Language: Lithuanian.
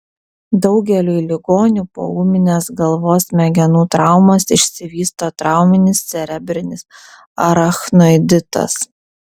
daugeliui ligonių po ūminės galvos smegenų traumos išsivysto trauminis cerebrinis arachnoiditas